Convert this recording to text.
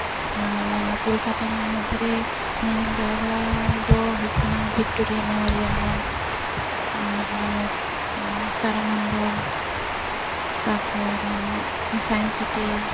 ᱟᱨ ᱠᱳᱞᱠᱟᱛᱟ ᱨᱮᱱᱟᱜ ᱢᱚᱫᱽᱫᱷᱮ ᱨᱮ ᱧᱮᱧᱮᱞ ᱡᱟᱭᱜᱟ ᱫᱚ ᱦᱩᱭᱩᱜ ᱠᱟᱱᱟ ᱵᱷᱮᱠᱴᱳᱨᱤᱭᱟ ᱢᱮᱢᱳᱨᱤᱭᱟᱞ ᱦᱚᱞ ᱟᱨ ᱛᱟᱨᱟ ᱢᱚᱱᱰᱚᱞ ᱛᱟᱨᱯᱚᱨ ᱥᱟᱭᱮᱱᱥ ᱥᱤᱴᱤ